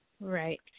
Right